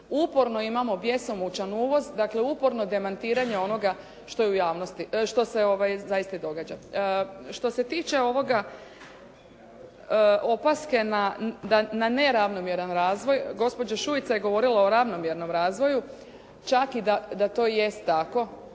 uporno imamo bjesomučan uvoz. Dakle uporno demantiranje onoga što je u javnosti, što se zaista i događa. Što se tiče ovoga, opaske na neravnomjeran razvoj gospođa Šuica je govorila o ravnomjernom razvoju, čak i da to jest tako